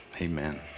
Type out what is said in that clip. Amen